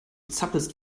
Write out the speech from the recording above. zappelst